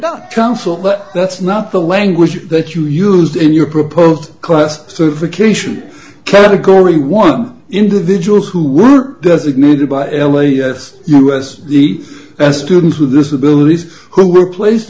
but that's not the language that you used in your proposed class sort of occasion category one individuals who were designated by l a s you as the as students with disabilities who were place